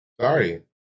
Sorry